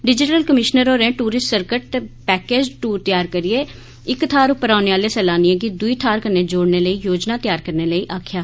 divisional commissioner होरें tourists circuits ते packaged दूर तैयार करियै इक थाहर उप्पर औने आले सैलानिएं गी दुई थाहर कन्नै जोड़ने लेई योजना तैयार करने लेई आक्खेआ